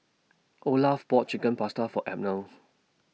Olaf bought Chicken Pasta For Abner's